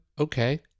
Okay